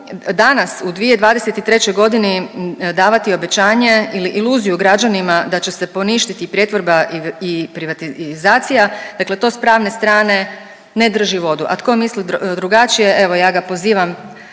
danas u 2023.g. davati obećanje ili iluziju građanima da će se poništiti pretvorba i privatizacija, dakle to s pravne strane ne drži vodu, a tko misli drugačije, evo ja ga pozivam